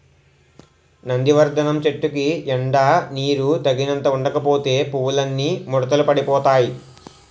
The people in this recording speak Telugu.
నందివర్థనం చెట్టుకి ఎండా నీరూ తగినంత ఉండకపోతే పువ్వులన్నీ ముడతలు పడిపోతాయ్